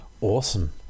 Awesome